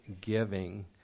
giving